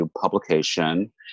publication